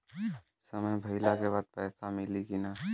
समय भइला के बाद पैसा मिली कि ना?